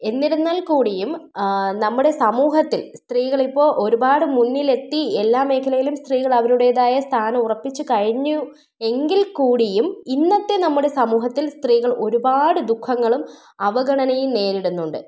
എന്നിരുന്നാൽ കൂടിയും നമ്മുടെ സമൂഹത്തിൽ സ്ത്രീകൾ ഇപ്പോൾ ഒരുപാട് മുന്നിൽ എത്തി എല്ലാ മേഖലയിലും സ്ത്രീകൾ അവരുടേതായ സ്ഥാനം ഉറപ്പിച്ച് കഴിഞ്ഞു എങ്കിൽ കൂടിയും ഇന്നത്തെ നമ്മുടെ സമൂഹത്തിൽ സ്ത്രീകൾ ഒരുപാട് ദുഃഖങ്ങളും അവഗണനയും നേരിടുന്നുണ്ട്